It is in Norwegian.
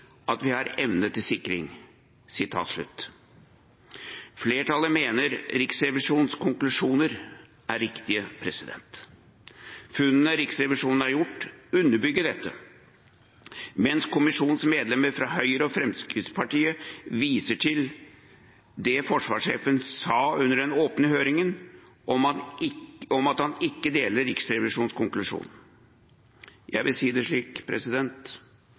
at vi har evne til sikring.» Flertallet mener at Riksrevisjonens konklusjoner er riktige. Funnene Riksrevisjonen har gjort, underbygger dette. Men komiteens medlemmer fra Høyre og Fremskrittspartiet viser til det forsvarssjefen sa under den åpne høringen om at han ikke deler Riksrevisjonens konklusjon. Jeg vil si det slik: